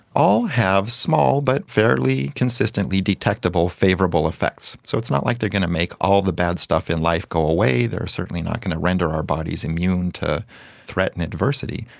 all have small but fairly consistently detectable favourable effects. so it's not like they are going to make all the bad stuff in life go away. they are certainly not going to render our bodies immune to threat and adversity.